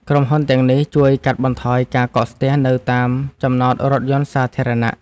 ក្រុមហ៊ុនទាំងនេះជួយកាត់បន្ថយការកកស្ទះនៅតាមចំណតរថយន្តសាធារណៈ។